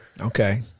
Okay